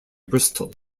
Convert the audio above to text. bristol